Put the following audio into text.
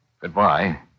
Goodbye